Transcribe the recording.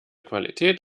qualität